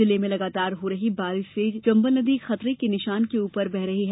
जिले में लगातार हो रही बारिश से चंबल नदी खतरे के निशान से ऊपर बह रही है